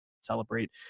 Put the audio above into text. celebrate